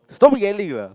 stop yelling lah